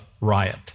riot